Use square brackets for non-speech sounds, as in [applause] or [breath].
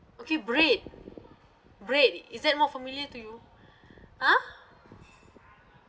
okay bread bread is that more familiar to you [breath] !huh!